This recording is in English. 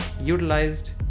utilized